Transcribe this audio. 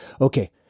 Okay